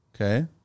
Okay